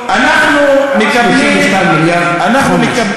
32 מיליארד, חומש.